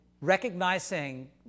recognizing